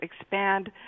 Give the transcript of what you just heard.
expand